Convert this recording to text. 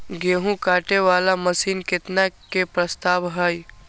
गेहूँ काटे वाला मशीन केतना के प्रस्ताव हय?